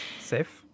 safe